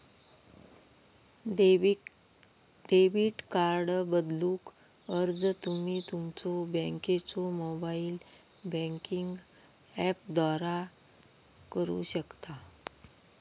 debit card बदलूक अर्ज तुम्ही तुमच्यो बँकेच्यो मोबाइल बँकिंग ऍपद्वारा करू शकता